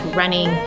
running